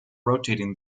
rotating